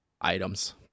items